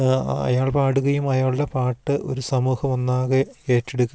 അയാൾ പാടുകയും അയാളുടെ പാട്ട് ഒരു സമൂഹം ഒന്നാകെ ഏറ്റെടുക്കുകയും